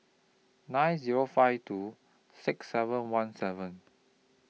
nine Zero five two six seven one seven